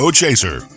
chaser